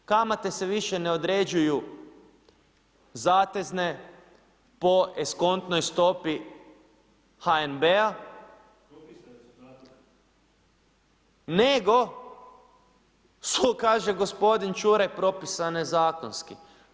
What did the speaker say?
Eh, kamate se više ne određuju zatezne po eskontnoj stopi HNB-a …... [[Upadica se ne čuje.]] nego su kaže gospodine Čuraj propisane zakonski.